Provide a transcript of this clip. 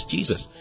Jesus